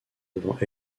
devant